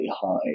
high